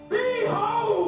Behold